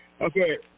Okay